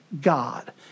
God